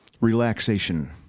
Relaxation